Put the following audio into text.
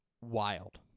wild